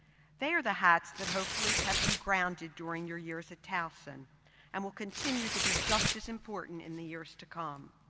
they are the hats that hopefully kept you grounded during your years at towson and will continue to be just as important in the years to come.